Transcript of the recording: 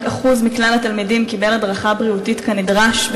רק 1% מכלל התלמידים בבתי-הספר בדרום קיבלו הדרכה בריאותית כנדרש,